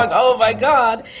like oh, my god!